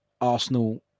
Arsenal